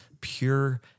pure